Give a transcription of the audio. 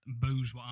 booze